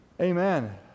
Amen